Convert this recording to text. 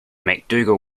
macdougall